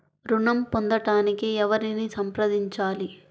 ఋణం పొందటానికి ఎవరిని సంప్రదించాలి?